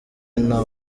nta